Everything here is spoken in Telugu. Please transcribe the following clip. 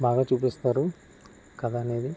బాగా చూపిస్తారు కథ అనేది